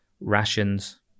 rations